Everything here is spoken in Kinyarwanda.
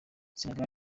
senegal